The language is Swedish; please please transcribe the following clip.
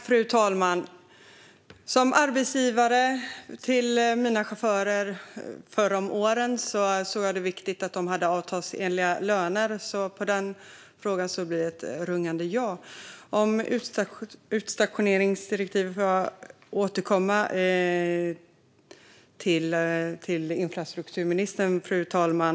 Fru talman! Som arbetsgivare till mina chaufförer förr om åren ansåg jag det vara viktigt att de hade avtalsenliga löner, så på den frågan blir svaret ett rungande ja. Utstationeringsdirektivet får jag återkomma till infrastrukturministern om, fru talman.